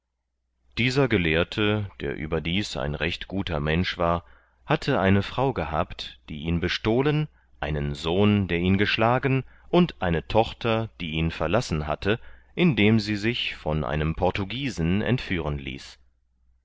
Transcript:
dieser gelehrte der überdies ein recht guter mensch war hatte eine frau gehabt die ihn bestohlen einen sohn der ihn geschlagen und eine tochter die ihn verlassen hatte indem sie sich von einem portugiesen entführen ließ